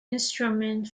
instrument